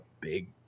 big